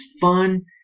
fun